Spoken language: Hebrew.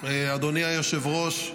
אדוני היושב-ראש,